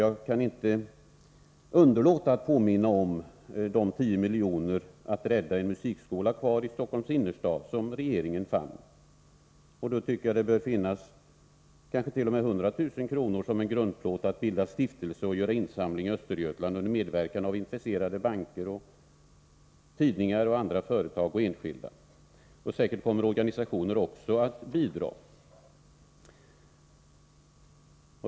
Jag kan inte underlåta att påminna om de 10 miljoner för att rädda en musikskola kvar i Stockholms innerstad som regeringen fick fram. Då tycker jag att det bör finnas kanske t.o.m. 100 000 kr. som en grundplåt för att bilda en stiftelse och göra insamlingar i Östergötland under medverkan av intresserade banker, tidningar, andra företag och enskilda. Säkerligen kommer också organisationer att bidra.